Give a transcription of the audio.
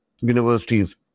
universities